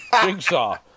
Jigsaw